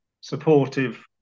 supportive